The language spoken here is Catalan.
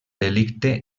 delicte